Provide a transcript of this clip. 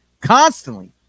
constantly